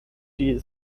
die